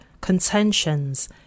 contentions